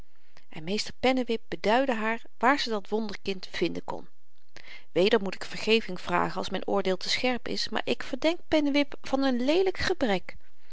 en meester pennewip beduidde haar waar ze dat wonderkind vinden kon weder moet ik vergeving vragen als myn oordeel te scherp is maar ik verdenk pennewip van een leelyk gebrek